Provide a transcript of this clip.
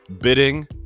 bidding